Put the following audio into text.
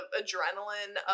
adrenaline